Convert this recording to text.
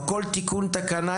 או כל תיקון תקנה,